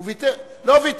ויתרתי.